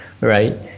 right